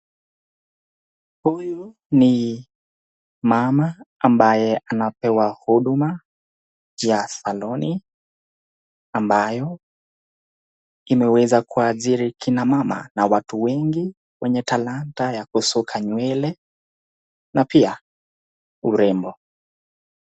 Huyu ni mama ambaye anapewa huduma ya saloni ambayo imeweza kuajiri kina mama na watu wengi wenye talanta ya kusuka nywele na pia urembo.